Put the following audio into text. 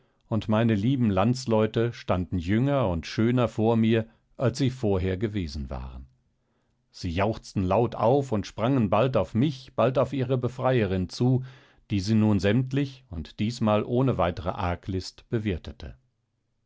und meine lieben landsleute standen jünger und schöner vor mir als sie vorher gewesen waren sie jauchzten laut auf und sprangen bald auf mich bald auf ihre befreierin zu die sie nun sämtlich und diesmal ohne weitere arglist bewirtete